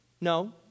No